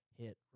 hit